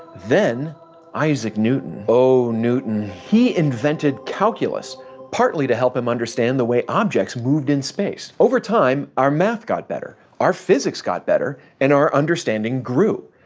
then isaac newton oh, newton he invented calculus partly to help him understand the way objects moved in space. over time, our math got better, our physics got better, and our understanding grew.